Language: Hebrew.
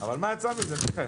הישיבה ננעלה בשעה